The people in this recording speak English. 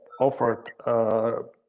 offered